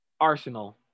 arsenal